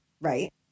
right